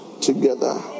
together